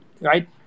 right